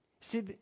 See